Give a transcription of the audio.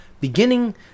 beginning